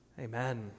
Amen